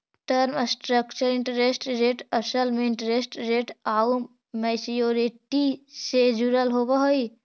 term structure interest rate असल में interest rate आउ मैच्योरिटी से जुड़ल होवऽ हई